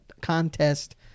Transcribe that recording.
contest